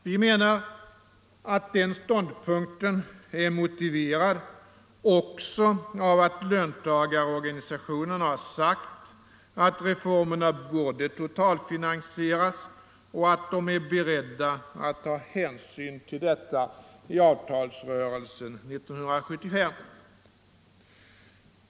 Vi menar att den ståndpunkten är motiverad också av att lön tagarorganisationerna har sagt att reformerna borde totalfinansieras och att de är beredda att ta hänsyn till detta i avtalsrörelsen 1975.